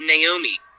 Naomi